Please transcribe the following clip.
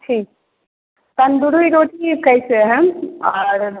ठीक तंदूरी रोटी कैसे है और